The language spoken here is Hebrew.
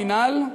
המינהל,